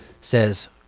says